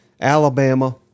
Alabama